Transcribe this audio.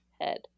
head